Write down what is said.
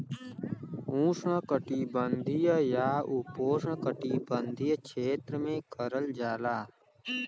उष्णकटिबंधीय या उपोष्णकटिबंधीय क्षेत्र में करल जाला